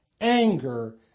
anger